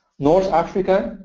north africa,